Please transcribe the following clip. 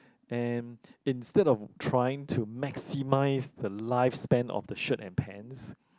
and instead of trying to maximise the lifespan of the shirt and pants